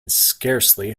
scarcely